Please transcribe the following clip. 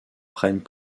prennent